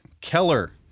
Keller